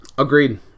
Agreed